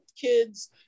kids